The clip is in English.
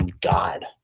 God